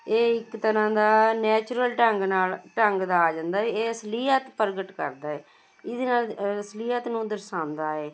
ਇਹ ਇੱਕ ਤਰ੍ਹਾਂ ਦਾ ਨੈਚੁਰਲ ਢੰਗ ਨਾਲ ਢੰਗ ਦਾ ਆ ਜਾਂਦਾ ਇਹ ਅਸਲੀਅਤ ਪ੍ਰਗਟ ਕਰਦਾ ਹੈ ਇਹਦੇ ਨਾਲ ਅਸਲੀਅਤ ਨੂੰ ਦਰਸਾਉਂਦਾ ਇਹ